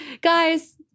Guys